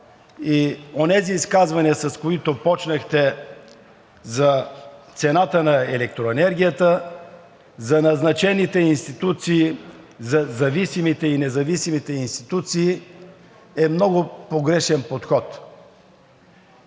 и онези изказвания, с които започнахте, за цената на електроенергията, за назначените институции, за зависимите и независимите институции, е много погрешен подход.